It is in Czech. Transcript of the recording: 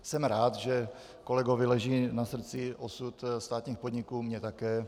Jsem rád, že kolegovi leží na srdci osud státních podniků, mně také.